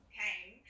came